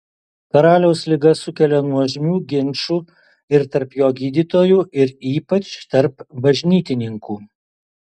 karaliaus liga sukelia nuožmių ginčų ir tarp jo gydytojų ir ypač tarp bažnytininkų